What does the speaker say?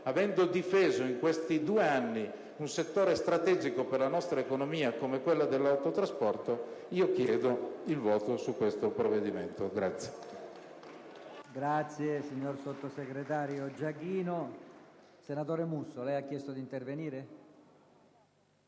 avendo difeso in questi due anni un settore strategico per la nostra economia come quello dell'autotrasporto, chiedo il voto favorevole su questo provvedimento.